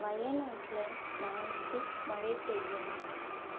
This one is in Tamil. வயநாட்டில் நாளைக்கு மழை பெய்யுமா